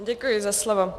Děkuji za slovo.